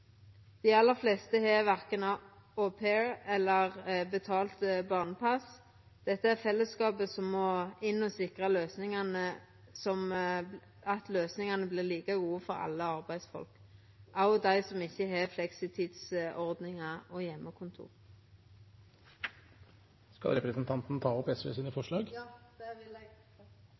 Dei aller fleste har verken au pair eller betalt barnepass. Fellesskapet må inn og sikra at løysingane vert like gode for alle arbeidsfolk, også dei som ikkje har fleksitidsordningar og heimekontor. Eg tek opp forslaga som SV